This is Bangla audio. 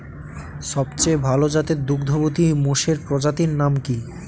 সবচেয়ে ভাল জাতের দুগ্ধবতী মোষের প্রজাতির নাম কি?